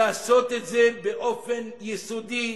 לעשות את זה באופן יסודי,